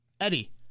Eddie